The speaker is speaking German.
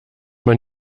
man